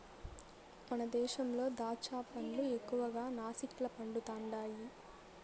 మన దేశంలో దాచ్చా పండ్లు ఎక్కువగా నాసిక్ల పండుతండాయి